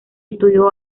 estudió